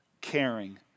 caring